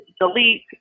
delete